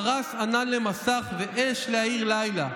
פרש ענן למסך ואש להאיר לילה.